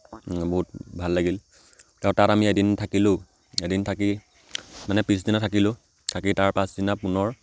বহুত ভাল লাগিল আৰু তাত আমি এদিন থাকিলোঁ এদিন থাকি মানে পিছদিনা থাকিলোঁ থাকি তাৰ পাছদিনা পুনৰ